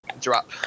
drop